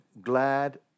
glad